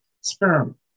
sperm